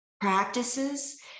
practices